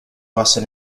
basa